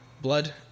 blood